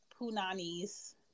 punanis